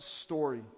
story